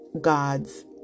God's